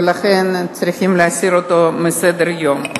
ולכן צריכים להסיר אותה מסדר-היום.